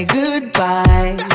goodbye